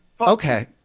Okay